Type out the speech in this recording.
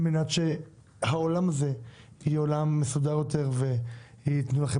על מנת שהעולם הזה יהיה מסודר יותר ויינתנו לכם